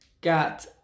got